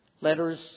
letters